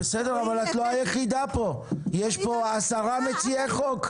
אבל את לא היחידה פה, יש פה עשרה מציעים לחוק.